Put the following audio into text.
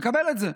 מקבל את זה,